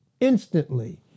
Instantly